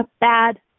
bad